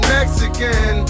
Mexican